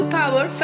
power